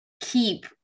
keep